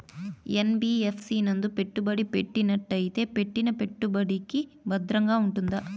NBFC నందు పెట్టుబడి పెట్టినట్టయితే పెట్టిన పెట్టుబడికి భద్రంగా ఉంటుందా?